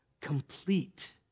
complete